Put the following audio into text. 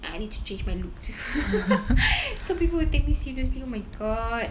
I I need to change my looks too so people will take me seriously oh my god